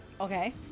Okay